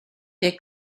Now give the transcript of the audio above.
der